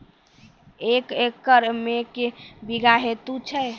एक एकरऽ मे के बीघा हेतु छै?